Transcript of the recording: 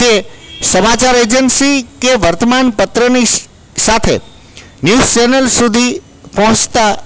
તે સમાચાર એજન્સી કે વર્તમાનપત્રની સાથે ન્યુઝ ચેનલ સુધી પહોંચતા તે